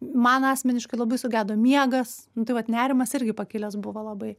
man asmeniškai labai sugedo miegas nu tai vat nerimas irgi pakilęs buvo labai